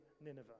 Nineveh